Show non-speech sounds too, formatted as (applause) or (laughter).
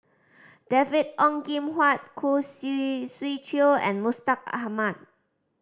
David Ong Kim Huat Khoo (unintelligible) Swee Chiow and Mustaq Ahmad